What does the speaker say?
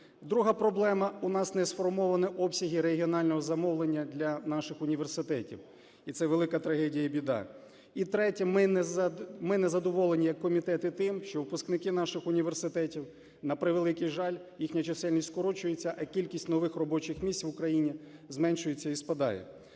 Друга проблема. У нас не сформовані обсяги регіонального замовлення для наших університетів. І це велика трагедія і біда. І третя. Ми не задоволені як комітети тим, що випускники наших університетів, на превеликий жаль, їхня чисельність скорочується, а кількість нових робочих місць в Україні зменшується і спадає.